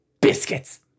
Biscuits